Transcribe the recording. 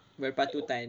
berpatutan